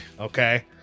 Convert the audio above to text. Okay